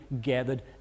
gathered